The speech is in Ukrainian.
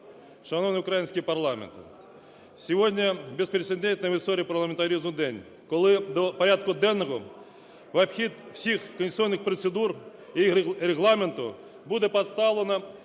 Шановний український парламенте! Сьогодні безпрецедентний в історії парламентаризму день, коли до порядку денного в обхід всіх конституційних процедур і Регламенту буде поставлено